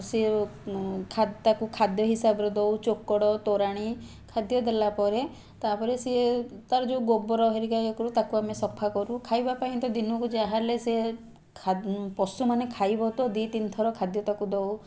ସିଏ ତାକୁ ଖାଦ୍ୟ ହିସାବରେ ଦେଉ ଚୋକଡ଼ ତୋରାଣି ଖାଦ୍ୟ ଦେଲା ପରେ ତା'ପରେ ସିଏ ତାର ଯେଉଁ ଗୋବର ହେରିକା ଇଏ କରୁ ତାକୁ ଆମେ ସଫା କରୁ ଖାଇବାପାଇଁ ତ ଦିନକୁ ଯାହାହେଲେ ସେ ଖା ପଶୁମାନେ ଖାଇବ ତ ଦିନକୁ ଦୁଇ ତିନିଥର ଖାଦ୍ୟ ତାକୁ ଦେଉ